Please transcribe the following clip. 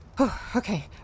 Okay